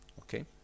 okay